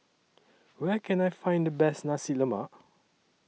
Where Can I Find The Best Nasi Lemak